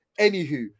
Anywho